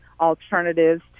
alternatives